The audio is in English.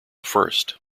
first